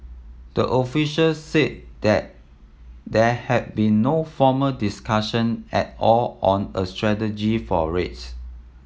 the officials said there there have been no formal discussion at all on a strategy for rates